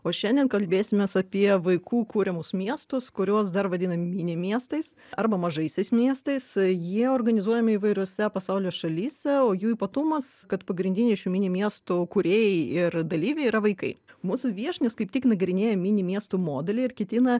o šiandien kalbėsimės apie vaikų kuriamus miestus kuriuos dar vadinam mini miestais arba mažaisiais miestais jie organizuojami įvairiose pasaulio šalyse o jų ypatumas kad pagrindiniai šių mini miestų kūrėjai ir dalyviai yra vaikai mūsų viešnios kaip tik nagrinėja mini miestų modelį ir ketina